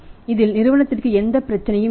இதில் நிறுவனத்திற்கு எந்த பிரச்சனையும் இல்லை